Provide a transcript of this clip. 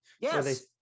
Yes